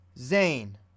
Zane